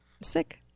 Sick